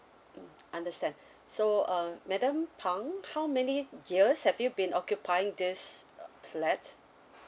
mm understand so uh madam phang how many years have you been occupying this uh flat